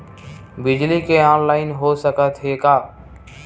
बिजली के ऑनलाइन हो सकथे का?